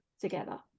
together